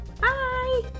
Bye